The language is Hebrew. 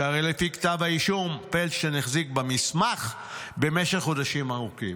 שהרי לפי כתב האישום פלדשטין החזיק במסמך במשך חודשים ארוכים,